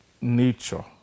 nature